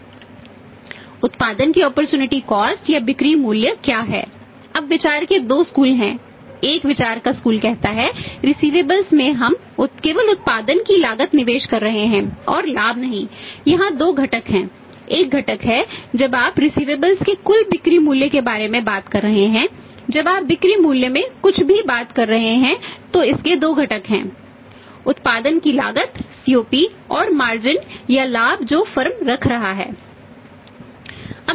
उत्पादन की opportunity cost रख रहा है